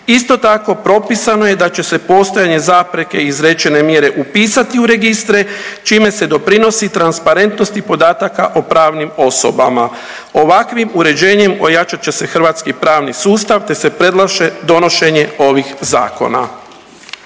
Isto tako, propisano je da će se postojanje zapreke izrečene mjere upisati u registre čime se doprinosi transparentnosti podataka o pravnim osobama. Ovakvim uređenjem ojačat će se hrvatski pravni sustav, te se predlaže donošenje ovih zakona.